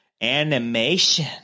Animation